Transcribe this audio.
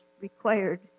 required